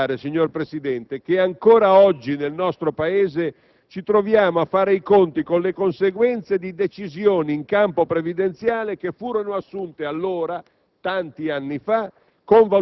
È appena il caso di ricordare, signor Presidente, che ancora oggi nel nostro Paese ci troviamo a fare i conti con le conseguenze di decisioni, in campo previdenziale, che furono assunte allora